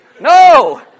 No